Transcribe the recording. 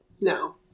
No